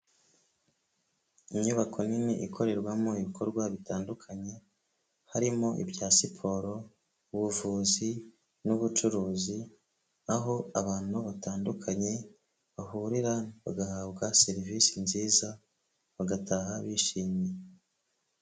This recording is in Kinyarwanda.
Inyubako nini ikorerwamo ibikorwa bitandukanye, harimo ibya siporo, ubuvuzi n'ubucuruzi, aho abantu batandukanye bahurira bagahabwa serivisi nziza, bagataha bishimiye.